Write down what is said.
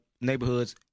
neighborhoods